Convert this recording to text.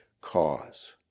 cause